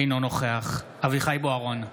אינו נוכח אביחי אברהם בוארון,